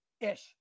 Ish